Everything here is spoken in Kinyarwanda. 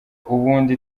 ubundi